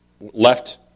left